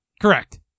Correct